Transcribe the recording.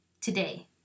Today